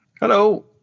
Hello